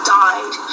died